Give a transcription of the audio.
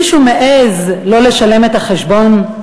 מישהו מעז שלא לשלם את החשבון?